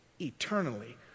eternally